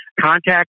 contact